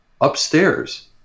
upstairs